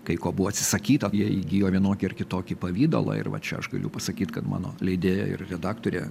kai ko buvo atsisakyta jie įgijo vienokį ar kitokį pavidalą ir va čia aš galiu pasakyt kad mano leidėja ir redaktorė